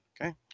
Okay